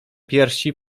piersi